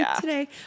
today